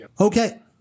Okay